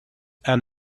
and